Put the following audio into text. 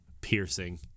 piercing